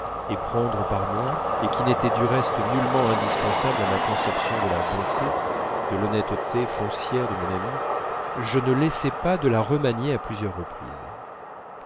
et prendre par moi et qui n'était du reste nullement indispensable à ma conception de la bonté de l'honnêteté foncière de mon amie je ne laissai pas de la remanier à plusieurs reprises